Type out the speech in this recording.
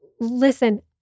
listen